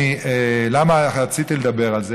למה רציתי לדבר על זה?